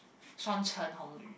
Shawn Chen-Hong-Yu